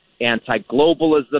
anti-globalism